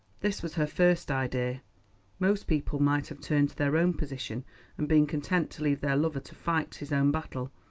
this was her first idea. most people might have turned to their own position and been content to leave their lover to fight his own battle.